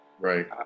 Right